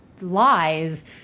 lies